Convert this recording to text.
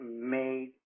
made